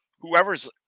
whoever's